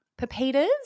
Pepitas